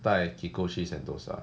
带 kiko 去 sentosa